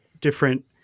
different